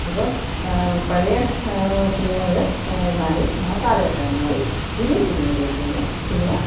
അപ്പം പഴയ സിനിമകള് മാറി ആ കാലഘട്ടം മാറി പുതിയ സിനിമയിലേക്ക് വന്നു സിനിമ